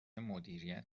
مدیریت